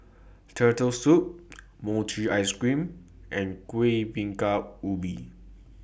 Turtle Soup Mochi Ice Cream and Kueh Bingka Ubi